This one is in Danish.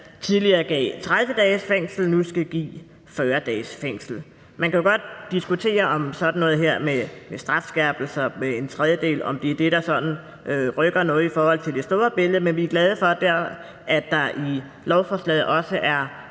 tidligere gav 30 dages fængsel, nu skal give 40 dages fængsel. Man kan godt diskutere, om sådan noget med strafskærpelser med en tredjedel er det, der rykker noget i forhold til det store billede, men vi er glade for, at man i lovforslaget også har